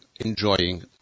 enjoying